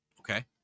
Okay